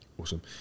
awesome